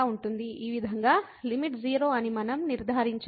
ఈ విధంగా లిమిట్ 0 అని మనం నిర్ధారించలేము